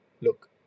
Look